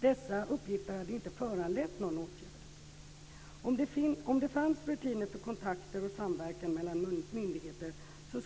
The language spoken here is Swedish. Dessa uppgifter hade inte föranlett någon åtgärd. Om det fanns rutiner för kontakter och samverkan mellan myndigheter